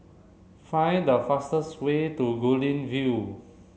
find the fastest way to Guilin View